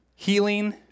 Healing